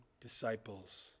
disciples